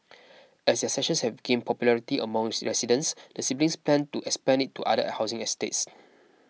as their sessions have gained popularity among residents the siblings plan to expand it to other housing estates